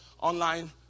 online